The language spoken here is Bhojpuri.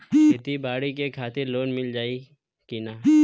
खेती बाडी के खातिर लोन मिल जाई किना?